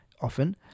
often